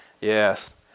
Yes